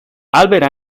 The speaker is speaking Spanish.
albert